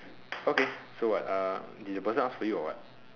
okay so what uh did the person ask for you or what